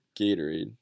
Gatorade